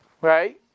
right